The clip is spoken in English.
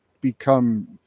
become